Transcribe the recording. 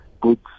goods